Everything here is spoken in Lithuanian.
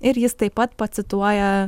ir jis taip pat pacituoja